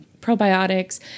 probiotics